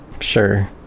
sure